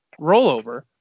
rollover